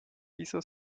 wieso